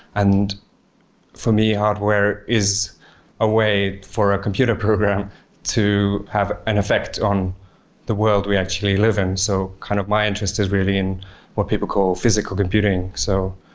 and for me, hardware is a way for a computer program to have an effect on the world we actually live in. so kind of my interest is really in what people call physical computing. so,